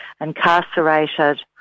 incarcerated